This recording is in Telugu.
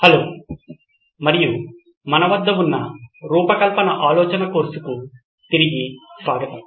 హలో మరియు మన వద్ద ఉన్న రూపకల్పన ఆలోచన కోర్సుకు తిరిగి స్వాగతం